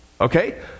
Okay